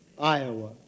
Iowa